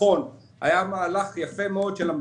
הדברים הוצגו כפי שהם